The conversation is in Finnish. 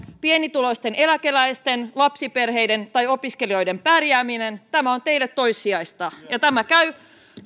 pienituloisten eläkeläisten lapsiperheiden tai opiskelijoiden pärjääminen on teille toissijaista tämä käy